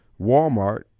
Walmart